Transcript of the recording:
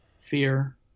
Fear